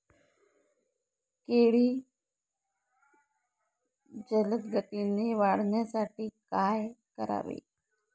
केळी जलदगतीने वाढण्यासाठी काय करावे?